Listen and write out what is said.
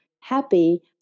happy